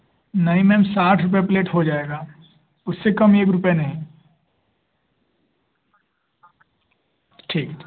नहीं मैम साठ रुपये प्लेट हो जाएगा उससे कम एक रुपये नहीं ठीक